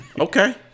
Okay